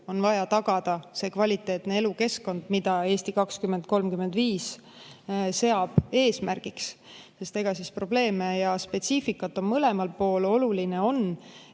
on vaja tagada kvaliteetne elukeskkond, mida "Eesti 2035" seab eesmärgiks. Sest eks probleeme ja spetsiifikat on mõlemal pool. Oluline on,